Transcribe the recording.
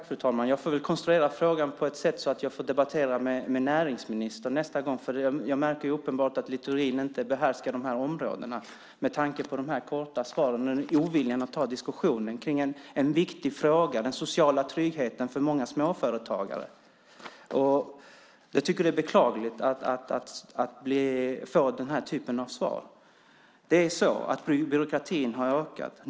Fru talman! Jag får väl konstruera frågan på sådant sätt att jag kan debattera den med näringsministern. Jag märker att Littorin uppenbarligen inte behärskar de här områdena, med tanke på de korta svaren och oviljan att ta diskussionen om en så viktig fråga som den sociala tryggheten för många småföretagare. Det är beklagligt att jag får den typen av svar. Byråkratin har ökat.